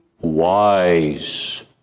wise